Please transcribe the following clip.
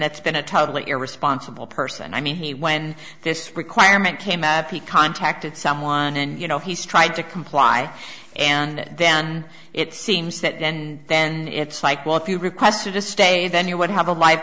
that's been a totally irresponsible person i mean he when this requirement came out he contacted someone and you know he's tried to comply and then it seems that and then it's like well if you requested to stay then you would have a li